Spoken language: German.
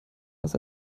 was